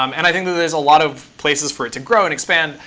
um and i think that there's a lot of places for it to grow and expand.